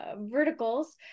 verticals